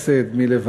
מי לשבט מי לחסד,